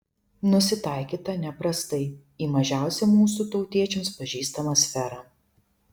nusitaikyta neprastai į mažiausią mūsų tautiečiams pažįstamą sferą